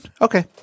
Okay